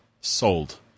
sold